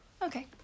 Okay